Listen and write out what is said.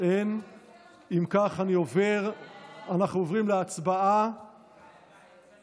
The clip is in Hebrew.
אינו נוכח, חברת הכנסת שרן מרים השכל,